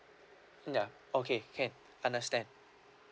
yeah okay can understand